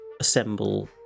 assemble